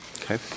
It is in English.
Okay